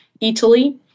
Italy